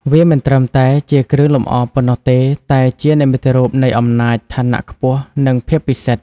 វាមិនត្រឹមតែជាគ្រឿងលម្អប៉ុណ្ណោះទេ តែជា និមិត្តរូបនៃអំណាច ឋានៈខ្ពស់ និងភាពពិសិដ្ឋ។